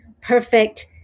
perfect